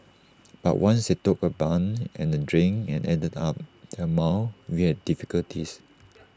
but once they took A bun and A drink and added up the amount we had difficulties